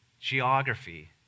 geography